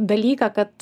dalyką kad